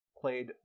played